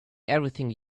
everything